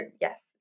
Yes